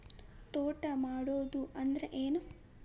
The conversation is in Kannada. ತೋಟ ಮಾಡುದು ಅಂದ್ರ ಏನ್?